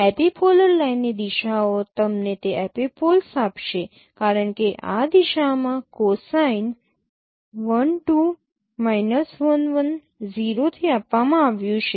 epipolar લાઇનની દિશાઓ તમને તે એપિપોલ્સ આપશે કારણ કે આ જ દિશામાં કોસાઇન l2 l1 0 થી આપવામાં આવ્યું છે